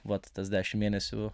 vat tas dešimt mėnesių